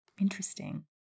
Interesting